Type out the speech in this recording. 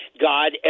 god